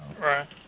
Right